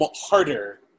harder